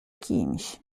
kimś